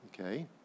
Okay